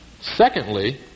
Secondly